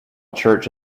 church